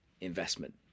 investment